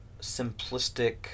simplistic